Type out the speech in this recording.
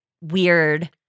weird